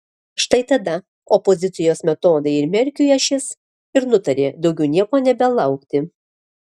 štai tada opozicijos smetonai ir merkiui ašis ir nutarė daugiau nieko nebelaukti